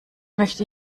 möchte